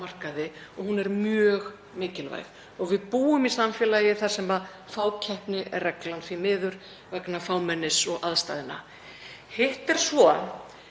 og hún er mjög mikilvæg. Við búum í samfélagi þar sem fákeppni er reglan, því miður, vegna fámennis og aðstæðna. Hitt er svo að